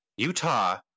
Utah